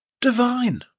divine